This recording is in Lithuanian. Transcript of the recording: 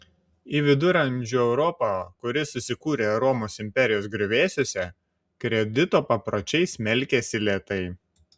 į viduramžių europą kuri susikūrė romos imperijos griuvėsiuose kredito papročiai smelkėsi lėtai